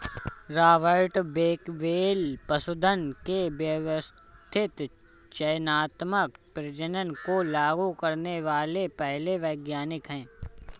Robert Bakewell पशुधन के व्यवस्थित चयनात्मक प्रजनन को लागू करने वाले पहले वैज्ञानिक है